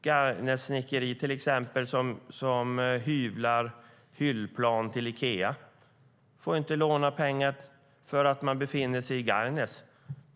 Ett snickeri, till exempel, som hyvlar hyllplan till Ikea får inte låna pengar, eftersom de befinner sig i Gargnäs.